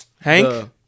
Hank